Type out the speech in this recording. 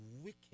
wicked